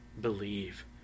believe